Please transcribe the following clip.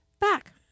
back